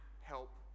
help